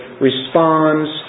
responds